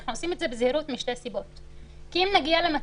אנחנו עושים את זה בזהירות משתי סיבות: כי אם נגיע למצב